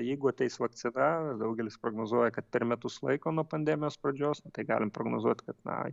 jeigu ateis vakcina daugelis prognozuoja kad per metus laiko nuo pandemijos pradžios tai galim prognozuot kad na